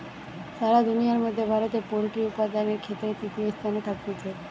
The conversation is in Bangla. সারা দুনিয়ার মধ্যে ভারতে পোল্ট্রি উপাদানের ক্ষেত্রে তৃতীয় স্থানে থাকতিছে